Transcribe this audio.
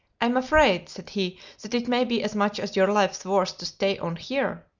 i'm afraid, said he, that it may be as much as your life's worth to stay on here!